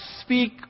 speak